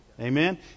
Amen